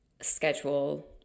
schedule